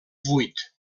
vuit